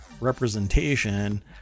representation